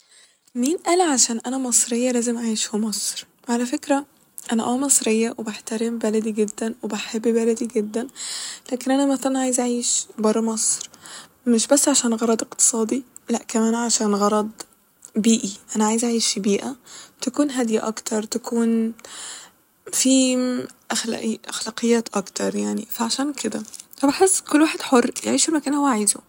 مين قال عشان أنا مصرية لازم أعيش ف مصر ، على فكرة أنا اه مصرية وبحترم بلدي جدا وبحب بلدي جدا لكن أنا مثلا عايزه أعيش بره مصر ، مش بس عشان غرض اقتصادي لكن كمان عشان غرض بيئي أنا عايزه اعيش في بيئة تكون هادية أكتر تكون في أخلا- أخلاقيات أكتر فعشان كده فبحس كل واحد حر يعيش في المكان اللي هو عايزه